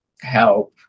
help